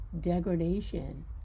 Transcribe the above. degradation